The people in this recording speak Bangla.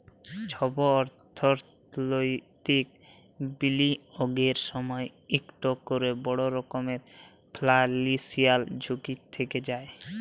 ছব অথ্থলৈতিক বিলিয়গের সময় ইকট ক্যরে বড় রকমের ফিল্যালসিয়াল ঝুঁকি থ্যাকে যায়